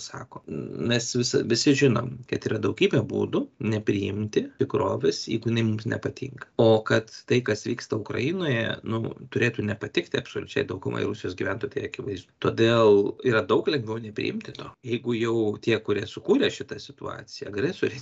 sako mes vis visi žinom kad yra daugybė būdų nepriimti tikrovės jeigu jinai mums nepatinka o kad tai kas vyksta ukrainoje nu turėtų nepatikti absoliučiai daugumai rusijos gyventojų tai akivaizdu todėl yra daug lengviau nepriimti to jeigu jau tie kurie sukūrė šitą situaciją agresorės